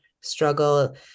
struggle